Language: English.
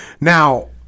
Now